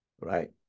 right